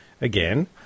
again